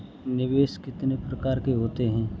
निवेश कितने प्रकार के होते हैं?